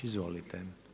Izvolite.